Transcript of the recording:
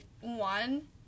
one